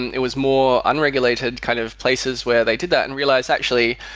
and it was more unregulated kind of places where they did that and realized, actually,